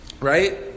Right